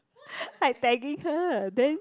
like tagging her then